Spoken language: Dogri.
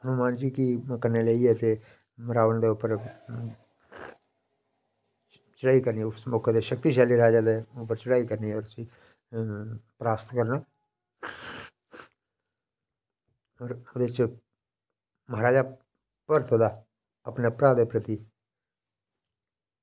हनुमान जी गी कन्नै लेइयै ते रावण दे उप्पर ते उस मौके दे शक्तिशाली राजा दे उप्पर चढ़ाई करनी उसी परास्त करना ते प्रायचिश्त महाराजा भरत दा अपने भ्राऊ दे प्रति